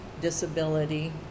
disability